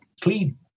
Clean